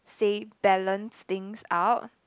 say balance things out